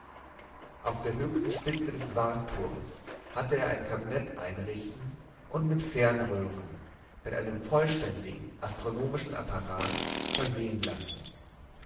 auf der höchsten spitze des wartturms hatte er ein kabinett einrichten und mit fernröhren mit einem vollständigen astronomischen apparat versehen lassen